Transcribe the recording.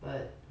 but